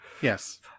Yes